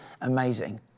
amazing